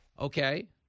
Okay